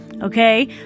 Okay